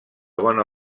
bona